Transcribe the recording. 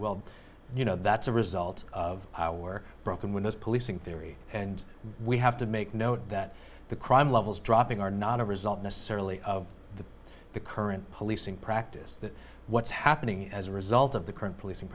well you know that's a result of our broken windows policing theory and we have to make note that the crime levels dropping are not a result necessarily of the current policing practice that what's happening as a result of the current policing